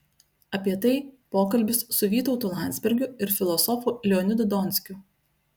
apie tai pokalbis su vytautu landsbergiu ir filosofu leonidu donskiu